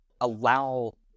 allow